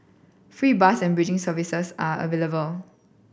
free bus and bridging services are available